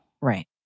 Right